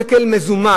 ב-100 מיליון שקל מזומן.